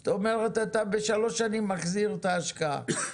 זאת אומרת, אתה בשלוש שנים מחזיר את ההשקעה.